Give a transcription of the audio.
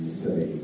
say